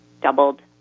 doubled